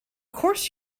course